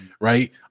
Right